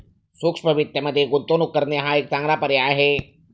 सूक्ष्म वित्तमध्ये गुंतवणूक करणे हा एक चांगला पर्याय आहे